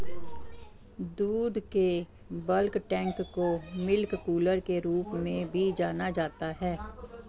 दूध के bulk tank को मिल्क कूलर के रूप में भी जाना जाता है